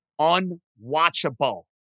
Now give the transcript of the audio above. Unwatchable